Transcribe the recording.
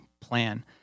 plan